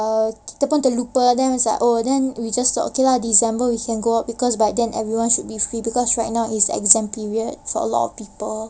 uh kita pun terlupa then it's like oh then we just okay lah december we can go out because by then everyone should be free because right now it's exam period for a lot of people